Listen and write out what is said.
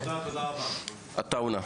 תודה רבה, חבר הכנסת עטאונה.